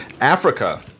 Africa